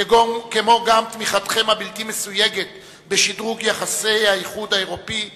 כמו תמיכתכם הבלתי-מסויגת בשדרוג יחסי האיחוד האירופי וישראל.